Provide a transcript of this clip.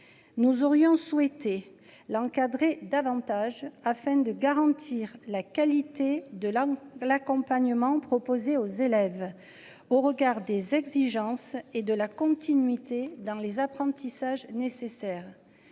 Nous aurions souhaité l'encadrer davantage afin de garantir la qualité de la l'accompagnement proposées aux élèves au regard des exigences et de la continuité dans les apprentissages nécessaires.